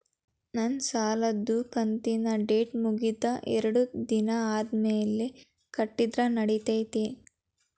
ನನ್ನ ಸಾಲದು ಕಂತಿನ ಡೇಟ್ ಮುಗಿದ ಎರಡು ದಿನ ಆದ್ಮೇಲೆ ಕಟ್ಟಿದರ ನಡಿತೈತಿ?